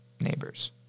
neighbors